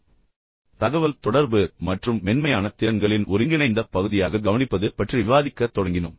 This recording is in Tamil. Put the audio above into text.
அந்த வகையில் தகவல் தொடர்பு மற்றும் மென்மையான திறன்களின் ஒருங்கிணைந்த பகுதியாக கவனிப்பது பற்றி விவாதிக்கத் தொடங்கினோம்